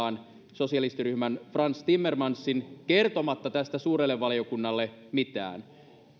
sosialistiryhmän frans timmermansin kertomatta tästä suurelle valiokunnalle mitään